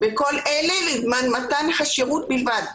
וכל אלה בזמן מתן השירות בלבד".